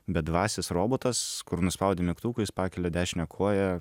bedvasis robotas kur nuspaudi mygtuką jis pakelia dešinę koją